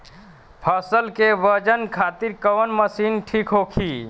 फसल के वजन खातिर कवन मशीन ठीक होखि?